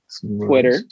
Twitter